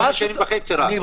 לא,